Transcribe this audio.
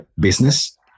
business